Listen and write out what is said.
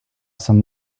some